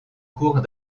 cours